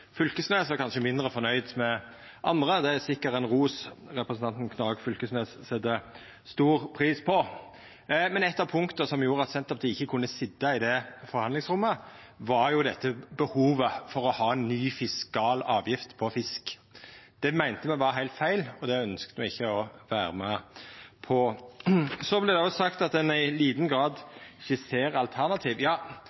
Fylkesnes, han var kanskje mindre fornøgd med andre. Det er sikkert ein ros representanten Knag Fylkesnes set stor pris på. Eitt av punkta som gjorde at Senterpartiet ikkje kunne sitja i det forhandlingsrommet, var dette behovet for å ha ei ny fiskal avgift på fisk. Det meinte me var heilt feil, og det ønskte me ikkje å vera med på. Så vart det òg sagt at ein i liten grad